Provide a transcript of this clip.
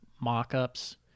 mock-ups